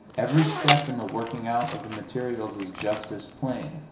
every step in the working out of the materials is just as plain.